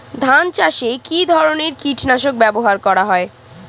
ধান চাষে কী ধরনের কীট নাশক ব্যাবহার করা হয়?